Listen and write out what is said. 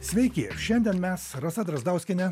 sveiki šiandien mes rasa drazdauskienė